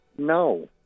No